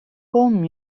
kommen